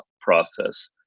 process